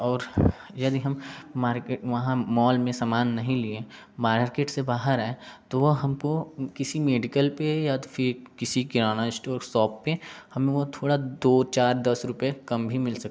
और यदि हम मार्केट वहाँ मॉल में समान नहीं लिए मार्केट से बाहर आए तो वह हमको किसी मेडिकल पे या तो फिर किसी किराना एस्टोर शॉप पे हमें वह थोड़ा दो चार दस रुपये कम भी मिल सकता है